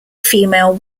female